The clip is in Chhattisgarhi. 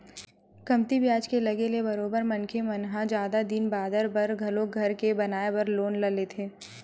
कमती बियाज के लगे ले बरोबर मनखे मन ह जादा दिन बादर बर घलो घर के बनाए बर लोन ल लेथे